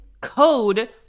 code